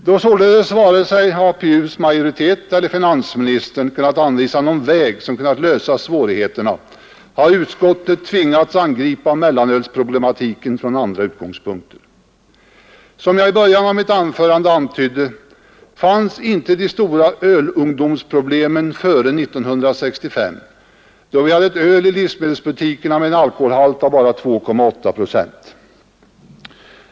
Då således varken APU:s majoritet eller finansministern kunnat anvisa någon väg att lösa svårigheterna har utskottet tvingats angripa mellanölsproblematiken från andra utgångspunkter. Som jag i början av mitt anförande antydde, fanns inte de stora ölungdomsproblemen före 1965, då vi hade ett öl i livsmedelsbutikerna med en alkoholhalt av bara 2,8 procent.